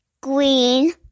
green